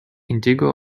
indigo